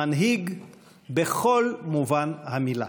מנהיג בכל מובן המילה.